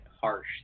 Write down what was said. harsh